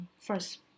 first